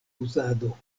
uzado